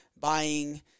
buying